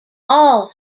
all